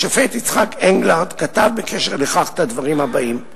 השופט יצחק אנגלרד כתב בקשר לכך את הדברים הבאים: